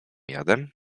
jadem